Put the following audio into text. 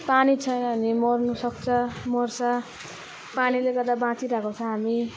पानी छैन भने मर्नसक्छ मर्छ पानीले गर्दा बाँचिरहेको छ हामी